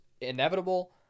inevitable